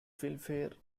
filmfare